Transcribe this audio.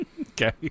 Okay